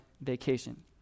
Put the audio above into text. vacation